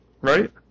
right